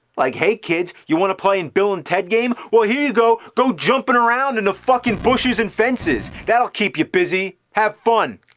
like ihey kids! you want to play a and bill and ted game? well here you go go jumping around in fucking bushes and fences! thatill keep you busy! have fun!